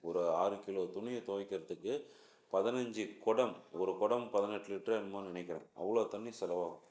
ஒரு ஆறு கிலோ துணியை துவைக்கிறத்துக்கு பதினஞ்சு குடம் ஒரு குடம் பதினெட்டு லிட்டரோ என்னமோ நெனைக்கிறேன் அவ்வளோ தண்ணி செலவாகும்